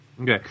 Okay